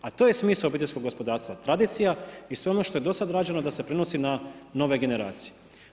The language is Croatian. A to je smisao obiteljskog gospodarstva, tradicija i sve ono što je do sada rađeno da se prenosi na nove generacije.